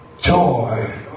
Joy